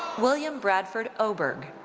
william bradford oberg.